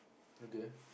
okay